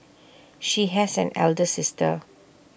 she has an elder sister